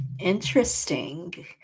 Interesting